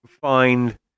find